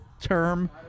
term